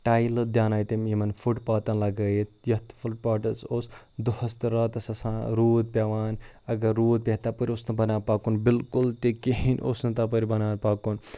ٹایلہٕ دیٛاناوِ تٔمۍ یِمَن فُٹ پاتھَن لگٲوِتھ یَتھ فُٹ پاتھَس اوس دۄہَس تہٕ راتَس آسان روٗد پٮ۪وان اگر روٗد پیٚیہ ہہ تَپٲرۍ اوس نہٕ بَنان پَکُن بلکل تہِ کِہیٖنۍ اوس نہٕ تَپٲرۍ بَنان پَکُن